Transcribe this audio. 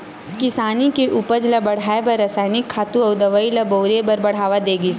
किसानी के उपज ल बड़हाए बर रसायनिक खातू अउ दवई ल बउरे बर बड़हावा दे गिस